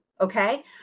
okay